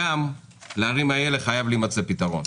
גם לערים האלה חייב להימצא פתרון,